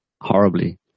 horribly